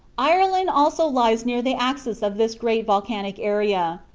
ireland also lies near the axis of this great volcanic area,